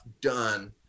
done